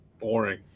boring